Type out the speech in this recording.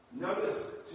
Notice